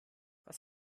was